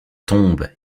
tombe